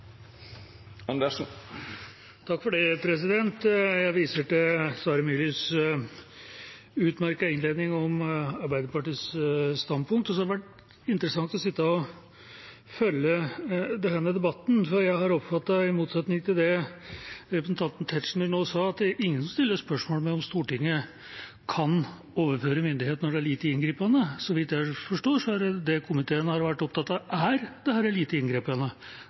Jeg viser til Sverre Myrlis utmerkede innledning om Arbeiderpartiets standpunkt. Det har vært interessant å sitte og følge denne debatten, for jeg har oppfattet – i motsetning til det representanten Tetzschner nå sa – at ingen stiller spørsmål ved om Stortinget kan overføre myndighet når det er lite inngripende. Så vidt jeg forstår, er det det komiteen har vært opptatt av: Er dette lite inngripende? Det